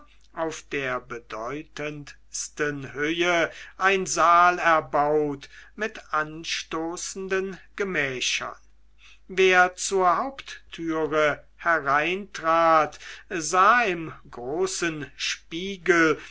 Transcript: auf der bedeutendsten höhe ein saal erbaut mit anstoßenden gemächern wer zur haupttüre hereintrat sah im großen spiegel